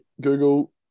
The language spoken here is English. Google